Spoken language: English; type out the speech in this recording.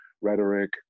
rhetoric